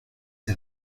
ces